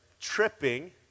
tripping